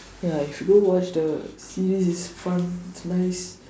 ya if you go watch the series it's fun it's nice